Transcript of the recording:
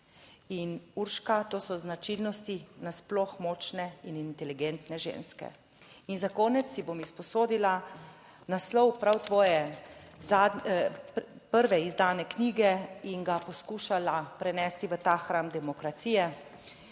In Urška, to so značilnosti nasploh močne in inteligentne ženske. In za konec si bom izposodila naslov prav tvoje prve izdane knjige in ga poskušala prenesti v ta hram demokracije.